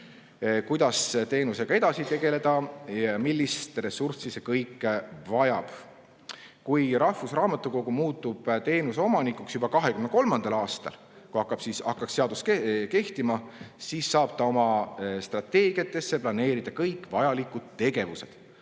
kuidas teenusega edasi tegeleda ja millist ressurssi see vajab. Kui rahvusraamatukogu muutub teenuse omanikuks juba 2023. aastal, kui hakkab seadus kehtima, siis saab ta oma strateegiatesse planeerida kõik vajalikud tegevused.